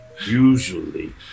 Usually